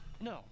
No